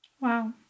Wow